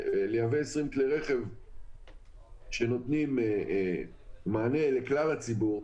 לייבא כלי רכב שנותנים מענה לכלל הציבור,